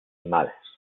malas